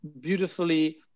beautifully